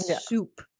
soup